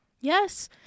Yes